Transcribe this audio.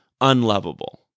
unlovable